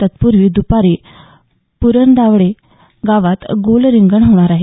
तत्पूर्वी दुपारी पुरंदावडे गावात गोल रिंगण होणार आहे